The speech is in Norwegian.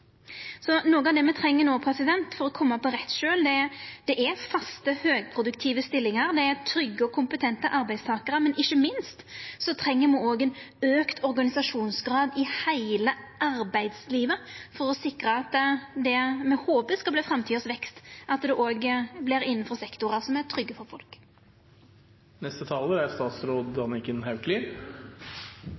Noko av det me treng no for å koma på rett kjøl, er faste, høgproduktive stillingar og trygge og kompetente arbeidstakarar, men ikkje minst treng me ein auka organisasjonsgrad i heile arbeidslivet, for å sikra at det me håper skal verta framtidig vekst, òg kjem innanfor sektorar som er trygge for